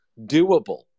doable